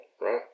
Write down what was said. Right